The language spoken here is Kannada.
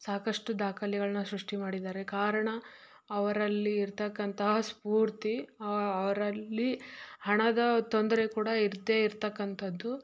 ಸಾಕಷ್ಟು ದಾಖಲೆಗಳನ್ನ ಸೃಷ್ಟಿ ಮಾಡಿದ್ದಾರೆ ಕಾರಣ ಅವರಲ್ಲಿ ಇರತಕ್ಕಂತಹ ಸ್ಪೂರ್ತಿ ಅವರಲ್ಲಿ ಹಣದ ತೊಂದರೆ ಕೂಡ ಇದ್ದೇ ಇರತಕ್ಕಂಥದ್ದು